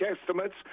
estimates